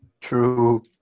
True